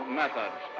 methods